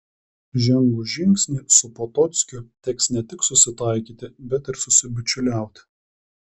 žengus žingsnį su potockiu teks ne tik susitaikyti bet ir susibičiuliauti